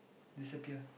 disappear